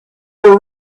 were